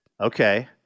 Okay